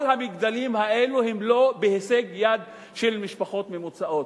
כל המגדלים האלו הם לא בהישג יד של משפחות ממוצעות.